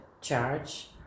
charge